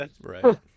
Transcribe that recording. Right